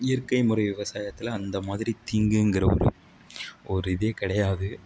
இயற்கை முறை விவசாயத்தில் அந்த மாதிரி தீங்குங்கிற ஒரு ஒரு இதே கிடையாது